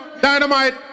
Dynamite